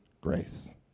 grace